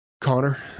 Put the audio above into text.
connor